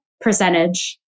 percentage